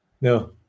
no